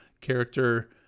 character